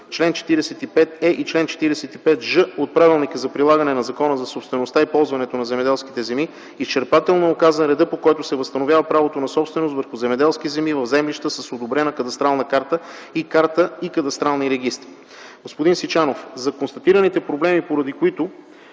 чл. 45е и чл. 45ж от Правилника за прилагане на Закона за собствеността и ползването на земеделските земи изчерпателно е указан редът, по който се възстановява правото на собственост върху земеделски земи в землища с одобрена кадастрална карта и кадастрални регистри. Господин Сичанов, за констатираните проблеми, поради които